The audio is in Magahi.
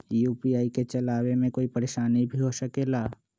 यू.पी.आई के चलावे मे कोई परेशानी भी हो सकेला?